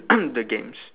the games